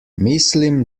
mislim